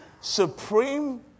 supreme